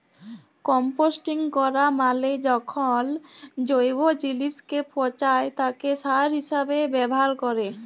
composting ক্যরা মালে যখল জৈব জিলিসকে পঁচায় তাকে সার হিসাবে ব্যাভার ক্যরে